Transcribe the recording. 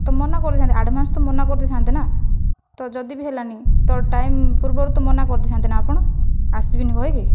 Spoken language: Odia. ତ' ମନା କରିଦେଇଥାନ୍ତେ ଆଡ଼ଭାନ୍ସ ତ' ମନା କରିଦେଇଥାନ୍ତେ ନା ତ' ଯଦି ବି ହେଲାନାହିଁ ତ' ଟାଇମ ପୂର୍ବରୁ ତ ମନା କରିଦେଇଥାନ୍ତେ ନା ଆପଣ ଆସିବିନାହିଁ କହିକି